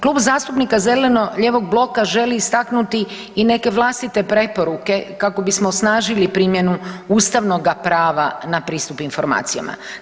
Klub zastupnika zeleno-lijevog bloka želi istaknuti i neke vlastite preporuke kako bismo osnažili primjenu ustavnoga prava na pristup informacijama.